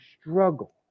struggle